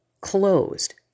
closed